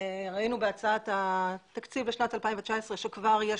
ראינו בהצעת התקציב לשנת 2019 שכבר יש